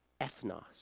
ethnos